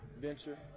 venture